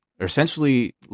essentially